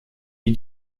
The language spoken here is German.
wie